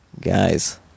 Guys